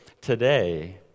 today